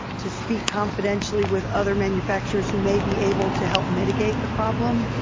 to speak confidentially with other manufacturers who may be able to help mitigate the problem.